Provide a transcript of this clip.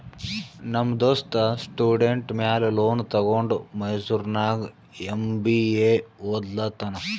ನಮ್ ದೋಸ್ತ ಸ್ಟೂಡೆಂಟ್ ಮ್ಯಾಲ ಲೋನ್ ತಗೊಂಡ ಮೈಸೂರ್ನಾಗ್ ಎಂ.ಬಿ.ಎ ಒದ್ಲತಾನ್